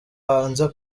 hanze